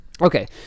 Okay